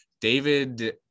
David